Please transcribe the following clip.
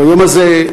ביום הזה,